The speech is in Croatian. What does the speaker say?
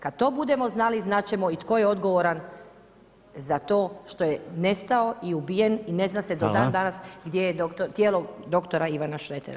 Kad to budemo znali, znat ćemo i tko je odgovoran za to što je nestao i ubijen i ne zna se do dan danas gdje je tijelo dr. Ivana Šretera.